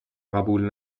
قبول